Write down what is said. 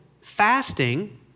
fasting